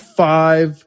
five